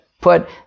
put